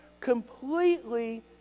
completely